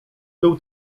był